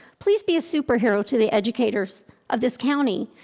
please be a superhero today, educators of this county.